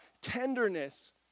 tenderness